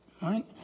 Right